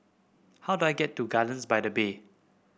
how do I get to Gardens by the Bay